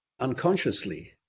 unconsciously